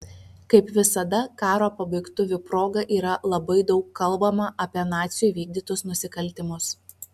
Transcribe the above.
kaip visada karo pabaigtuvių proga yra labai daug kalbama apie nacių įvykdytus nusikaltimus